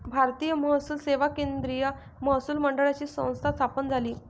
भारतीय महसूल सेवा केंद्रीय महसूल मंडळाची संस्था स्थापन झाली